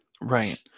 right